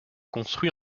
construit